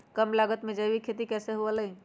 कम लागत में जैविक खेती कैसे हुआ लाई?